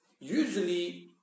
usually